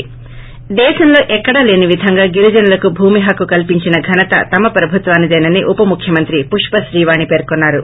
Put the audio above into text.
ి దేశంలో ఎక్కడా లేని విధంగా గిరిజనులకు భూమి హక్కు కల్పించిన ఘనత తమ ప్రభుత్వానిదేనని ఉప ముఖ్యమంత్రి పుష్ప శ్రీవాణి పేర్కొన్నారు